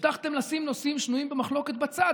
הבטחתם לשים נושאים שנויים במחלוקת בצד,